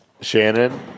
shannon